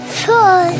four